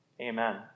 Amen